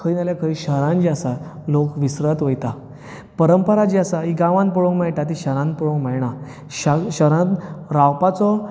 खंय ना जाल्यार खंय शहरांत जी आसा लोक विसरत वयता परंपरा जी आसा ही गांवांत पळोवंक मेळटा ती शहरांत पळोवंक मेळना शार शहरांत रावपाचो